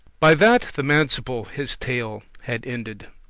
by that the manciple his tale had ended,